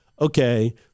okay